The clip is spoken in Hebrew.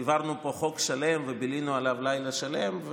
העברנו פה חוק שלם ובילינו עליו לילה שלם,